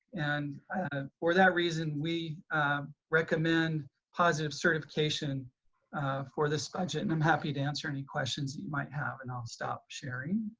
and ah for that reason, we recommend positive certification for this budget, and i'm happy to answer any questions that you might have. and i'll stop sharing.